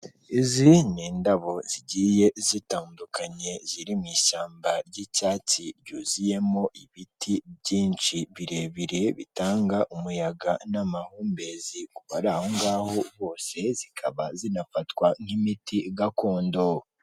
Izi ni indabo zigiye zitandukanye ziri mu ishyamba ry'icyatsi, ryuzuyemo ibiti byinshi birebire bitanga umuyaga n'amahumbezi ku bari aho ngaho bose zikaba zinafatwa nk'imiti gakondo.